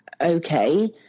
okay